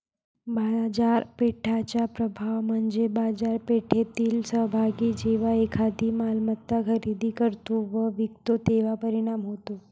बाजारपेठेचा प्रभाव म्हणजे बाजारपेठेतील सहभागी जेव्हा एखादी मालमत्ता खरेदी करतो व विकतो तेव्हा परिणाम होतो